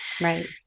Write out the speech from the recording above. Right